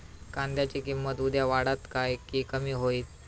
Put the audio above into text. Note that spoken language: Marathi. कांद्याची किंमत उद्या वाढात की कमी होईत?